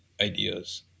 ideas